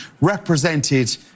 represented